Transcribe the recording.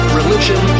religion